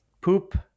Poop